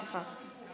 סליחה.